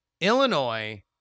Illinois